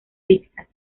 pizzas